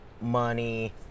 money